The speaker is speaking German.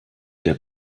der